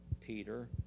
Peter